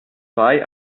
zwei